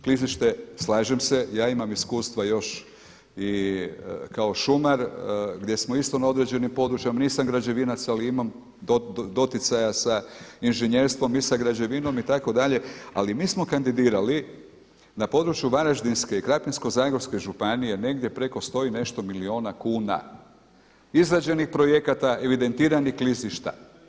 Klizište, slažem se, ja imam iskustva još i kao šumar gdje smo isto na određenim područjima, nisam građevinca ali imam doticaja sa inženjerstvo i sa građevinom itd., ali mi smo kandidirali na području Varaždinske i Krapinsko-zagorske županije negdje preko 100 i nešto milijuna kuna izrađenih projekata, evidentiranih klizišta.